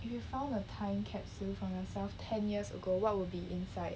if you found a time capsule from yourself ten years ago what would be inside